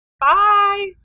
Bye